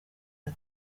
ati